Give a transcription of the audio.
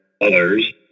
others